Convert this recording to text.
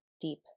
deep